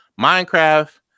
Minecraft